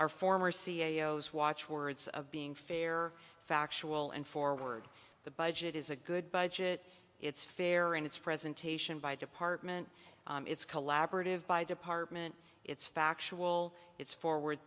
our former c e o s watchwords of being fair factual and forward the budget is a good budget it's fair in its presentation by department it's collaborative by department it's factual it's forward